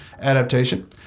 adaptation